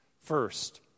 First